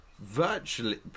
Virtually